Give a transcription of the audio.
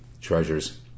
treasures